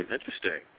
Interesting